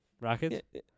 Rockets